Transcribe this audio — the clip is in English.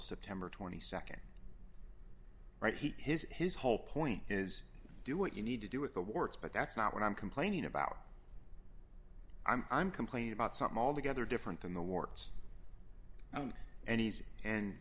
september nd right he has his whole point is do what you need to do with the warts but that's not what i'm complaining about i'm complaining about something altogether different than the warts and he's and